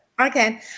Okay